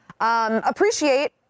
Appreciate